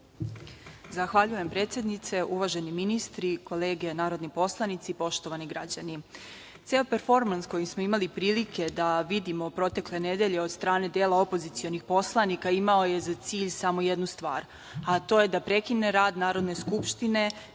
Zahvaljujem predsednice. Uvaženi ministri, kolege narodni poslanici, poštovani građani. Ceo performans koji smo imali prilike da vidimo protekle nedelje od strane dela opozicionih poslanika, imao je za cilj samo jednu stvar, a to je da prekine rad Narodne Skupštine,